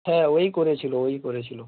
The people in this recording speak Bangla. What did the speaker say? হ্যাঁ ওই করেছিল ওই করেছিল